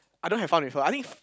I don't have fun with her I think